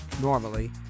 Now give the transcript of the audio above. normally